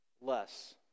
less